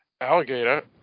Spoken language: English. Alligator